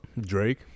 Drake